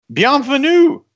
Bienvenue